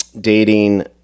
dating